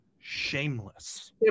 Shameless